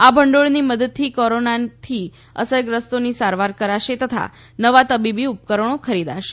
આ ભંડોળની મદદથી કોરોનાથી અસરગ્રસ્તોની સારવાર કરાશે તથા નવા તબીબી ઉપકરણો ખરીદાશે